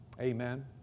Amen